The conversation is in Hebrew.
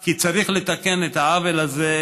כי צריך לתקן את העוול הזה,